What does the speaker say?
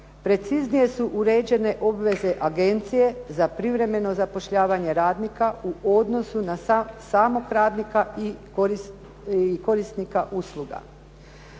Preciznije su uređene obveze agencije za privremeno zapošljavanje radnika u odnosu na samog radnika i korisnika usluga.